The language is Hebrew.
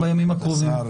כבוד השר,